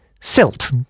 silt